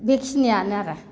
बेखिनियानो आरो